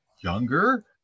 younger